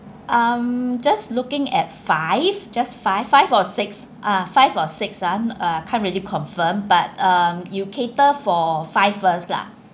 um just looking at five just five five or six ah five or six ah can't really confirm but um you cater for five first lah